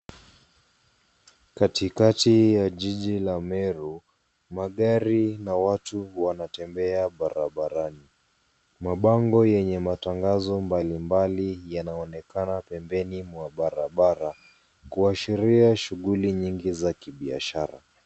Katikati ya jiji la Meru magari na watu wanatembea barabarani, mabango yenye matangazo mbalimbali yanaoenekana pembeni mwa barabara kuashiria shuguli nyingi za kibiashara.